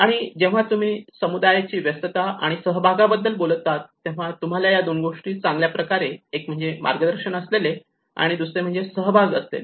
आणि जेव्हा तुम्ही समुदायाची व्यस्तता आणि सहभागाबद्दल बोलतात तेव्हा तुम्हाला या दोन गोष्टी चांगल्या पाहिजेत एक म्हणजे मार्गदर्शन असलेले आणि दुसऱ्या प्रकारचे म्हणजे सहभाग असलेले